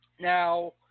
Now